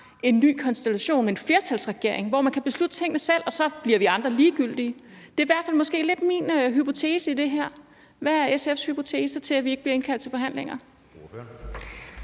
en ny konstellation med en flertalsregering, hvor man kan beslutte tingene selv, og så bliver vi andre ligegyldige. Det i hvert fald lidt min hypotese her. Hvad er SF's hypotese, i forhold til at vi ikke bliver indkaldt til forhandlinger?